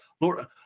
Lord